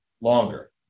longer